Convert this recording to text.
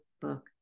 Book